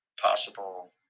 possible